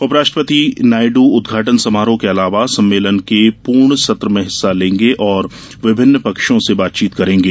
उपराष्ट्रपति नायडू उद्घाटन समारोह के अलावा सम्मेलन के पूर्ण सत्र में हिस्सा लेंगे और विभिन्न पक्षों से बातचीत करेंगे